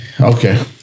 Okay